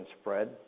spread